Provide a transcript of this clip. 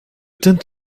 tent